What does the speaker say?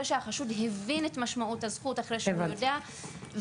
שהחשוד הבין את משמעות הזכות אחרי שהוא יודע.